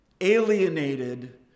alienated